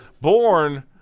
Born